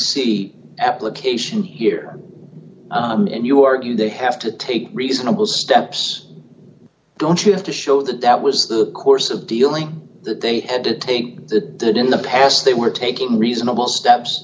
see application here and you argue they have to take reasonable steps don't you have to show that that was the course of dealing that they had to take the in the past they were taking reasonable steps